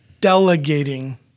delegating